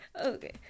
Okay